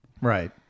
right